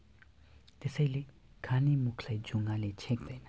तेसैले खाने मुखलाई जुङ्गाले छेक्दैन